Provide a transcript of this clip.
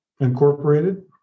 Incorporated